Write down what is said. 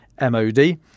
MOD